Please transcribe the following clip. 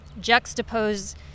juxtapose